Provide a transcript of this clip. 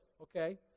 okay